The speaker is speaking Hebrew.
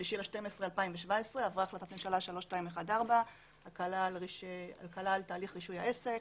ב-3 בדצמבר 2017, הקלה על תהליך רישוי העסק.